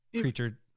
creature